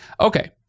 okay